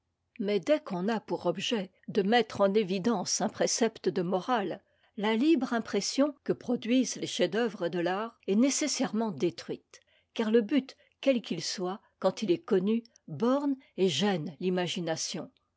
mais dès qu'on a pour objet de mettre en évidence un précepte de morale la libre impression que produisent les chefs-d'oeuvre de l'art est nécessairement détruite car le but quel qu'il soit quand il est connu borne et gêne